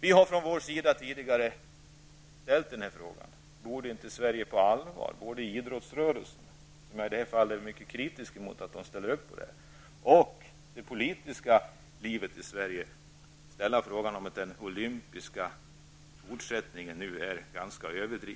Vänsterpartiet har tidigare ställt frågan om inte den svenska idrottsrörelsen och det politiska livet i Sverige på allvar borde ställa frågan om inte den olympiska fortsättningen är ganska överdriven. Jag är mycket kritisk emot att man ställer upp på detta.